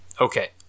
Okay